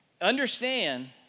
understand